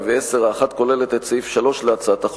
2010. האחת כוללת את סעיף 3 להצעת החוק,